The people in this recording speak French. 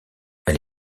elle